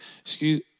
excuse